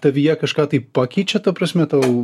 tavyje kažką tai pakeičia ta prasme tau